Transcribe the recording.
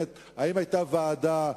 האם היתה ועדה,